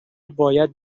باید